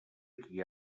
qui